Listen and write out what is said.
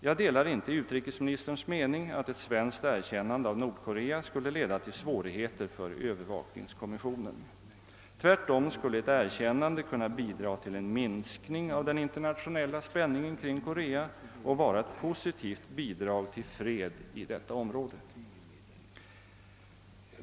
Jag delar inte utrikesministerns mening att ett svenskt erkännande av Nordkorea skulle leda till svårigheter för övervakningskommissionen. Tvärtom skulle ett erkännande kunna bidra till en minskning av den internationella spänningen kring Korea och vara ett positivt bidrag till fred i detta område.